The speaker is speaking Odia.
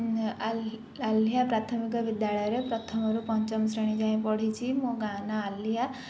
ଏ ଆ ଆଲିହିଆ ପ୍ରାଥମିକ ବିଦ୍ୟାଳୟରେ ପ୍ରଥମରୁ ପଞ୍ଚମ ଶ୍ରେଣୀ ଯାଏଁ ପଢ଼ିଛି ମୋ ଗାଁ ନାଁ ଆଲିହିଆ